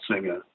singer